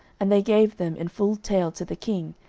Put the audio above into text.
and they gave them in full tale to the king,